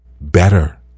better